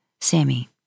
Sammy